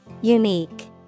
Unique